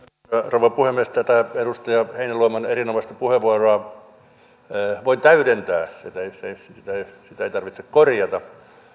rouva puhemies edustaja heinäluoman erinomaista puheenvuoroa voi täydentää sitä ei tarvitse korjata